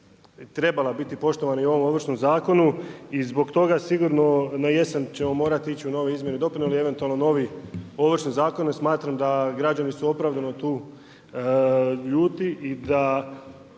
trebala biti poštovana i u ovom Ovršnom zakonu i zbog toga sigurno na jesen ćemo morati ići u nove izmjene i dopune ili eventualno novi Ovršni zakon jer smatran da građani su opravdano tu ljuti i da